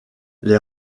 les